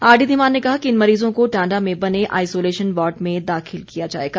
RD Dhiman ने कहा कि इन मरीजों को टांडा में बने आइसोलेशन वार्ड में दाखिल किया जाएगा